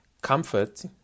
Comfort